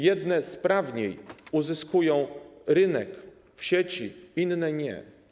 Jedne sprawniej uzyskują rynek w sieci, inne - nie.